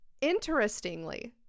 Interestingly